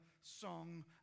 song